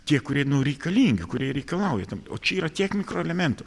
tie kurie nu reikalingi kurie ir reikalauja tam o čia yra tiek mikroelementų